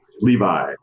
Levi